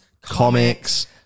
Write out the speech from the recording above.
comics